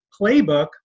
playbook